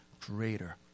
greater